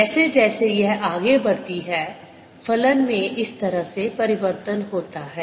जैसे जैसे यह आगे बढ़ती है फलन में इस तरह से परिवर्तन होता है